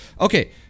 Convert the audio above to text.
Okay